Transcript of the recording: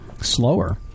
slower